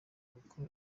kuko